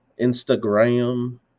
Instagram